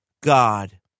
God